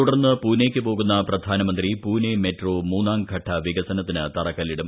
തുടർന്ന് പൂനെയ്ക്ക് പോകുന്ന പ്രധാനമന്ത്രി പൂനെ മെട്രോ മൂന്നാംഘട്ട വികസനത്തിന് തറക്കല്ലിടും